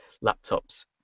laptop's